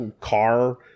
car